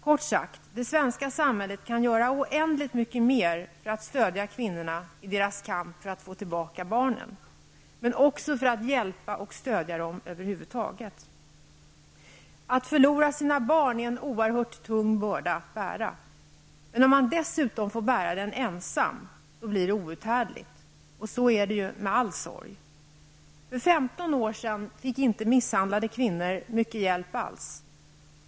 Kort sagt: Det svenska samhället kan göra oändligt mycket mer för att stödja kvinnorna i deras kamp för att få tillbaka barnen men också för att hjälpa och stödja dem över huvud taget. Att förlora sina barn är en oerhört tung börda att bära. Men om man dessutom får bära den ensam, blir det outhärdligt. Så är det ju med all sorg. För 15 år sedan fick inte misshandlade kvinnor mycket hjälp alls.